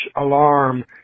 alarm